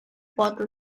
water